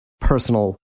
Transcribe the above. personal